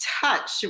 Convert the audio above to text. touch